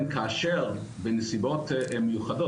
כאשר בנסיבות מיוחדות,